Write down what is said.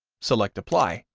select apply,